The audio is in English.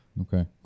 okay